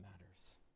matters